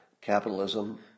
capitalism